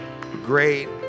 great